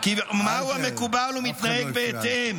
מהו המקובל, ומתנהג בהתאם.